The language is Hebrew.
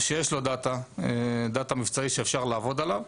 שיש לו דאטה, דאטה מבצעי שאפשר לעבוד עליו,